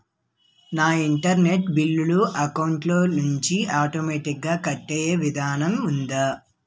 నా internet bill account లోంచి automatic గా కట్టే విధానం ఏదైనా ఉందా?